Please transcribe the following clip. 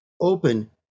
open